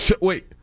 Wait